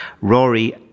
Rory